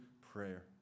prayer